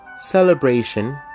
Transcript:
celebration